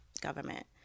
government